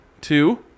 Two